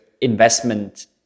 investment